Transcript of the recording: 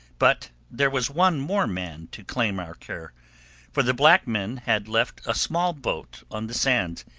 but there was one more man to claim our care for the black men had left a small boat on the sands,